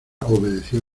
obedeció